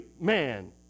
man